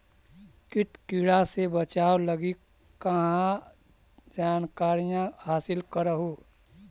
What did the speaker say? किट किड़ा से बचाब लगी कहा जानकारीया हासिल कर हू?